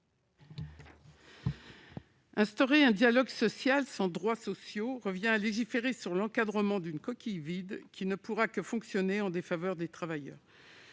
Instaurer un dialogue social sans droits sociaux revient à légiférer sur l'encadrement d'une coquille vide, ce qui ne pourra se faire qu'au détriment des travailleurs.